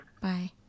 Bye